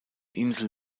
insel